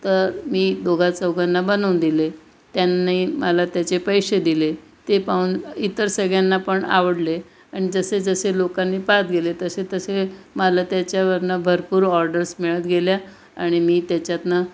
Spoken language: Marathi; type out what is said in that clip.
तर मी दोघा चौघांना बनवून दिले त्यांनी मला त्याचे पैसे दिले ते पाहून इतर सगळ्यांना पण आवडले आणि जसे जसे लोकांनी पाहत गेले तसे तसे मला त्याच्यावरनं भरपूर ऑर्डर्स मिळत गेल्या आणि मी त्याच्यातनं